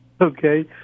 Okay